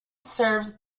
serves